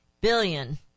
Billion